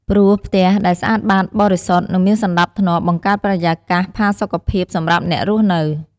ព្រោះផ្ទះដែលស្អាតបាត បរិសុទ្ធ និងមានសណ្តាប់ធ្នាប់ បង្កើតបរិយាកាសផាសុកភាពសម្រាប់អ្នករស់នៅ ។